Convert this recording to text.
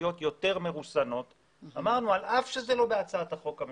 על אף שזה לא בהצעת החוק הממשלתית,